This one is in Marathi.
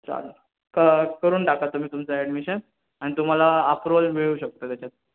चालेल क करून टाका तुम्ही तुमचं ॲडमिशन आणि तुम्हाला अप्रूवल मिळू शकतं त्याच्यात